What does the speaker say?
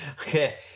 Okay